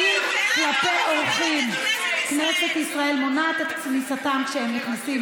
אם כלפי אורחים כנסת ישראל מונעת את כניסתם כשהם נכנסים